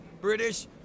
British